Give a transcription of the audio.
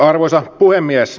arvoisa puhemies